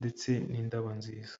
ndetse n'indabo nziza.